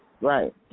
Right